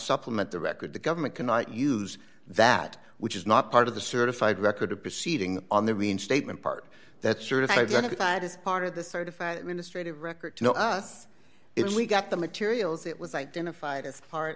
supplement the record the government cannot use that which is not part of the certified record of proceeding on the reinstatement part that's sort of identified as part of the certified administrate record to us if we got the materials it was identified as part